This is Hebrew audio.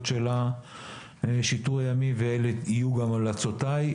של השיטור הימי ואלה יהיו גם המלצותיי.